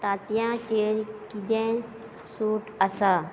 तांत्यांचेर कितें सूट आसा